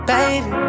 Baby